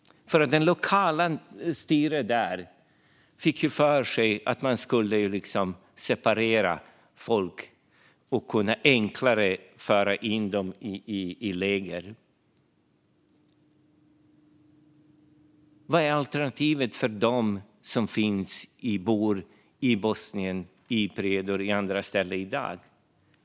Det lokala styret där fick för sig att man skulle separera folk och enklare föra människor till läger. Vad är alternativet för dem som finns i Bosnien, i Prijedor och på andra ställen i dag?